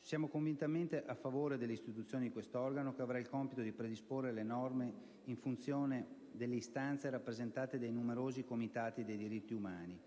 Siamo convintamente a favore dell'istituzione di quest'organo, che avrà anche il compito di predisporre le norme in funzione delle istanze rappresentate dai numerosi comitati dei diritti umani